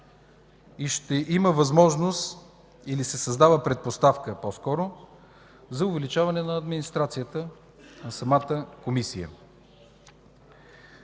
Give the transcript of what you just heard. и ще има възможност или по-скоро се създава предпоставка за увеличаване на администрацията на самата Комисия.